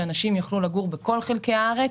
שאנשים יוכלו לגור בכל חלקי הארץ,